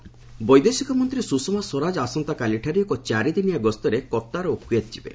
Swaraj Qatar ବୈଦେଶିକମନ୍ତ୍ରୀ ସୁଷମା ସ୍ୱରାଜ ଆସନ୍ତାକାଲିଠାରୁ ଏକ ଚାରିଦିନିଆ ଗସ୍ତରେ କତ୍ତାର ଓ କୁଏତ୍ ଯିବେ